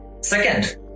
Second